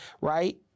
Right